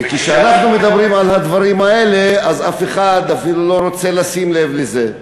וכשאנחנו מדברים על הדברים האלה אף אחד אפילו לא רוצה לשים לב לזה.